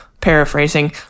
paraphrasing